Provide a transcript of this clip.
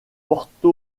porto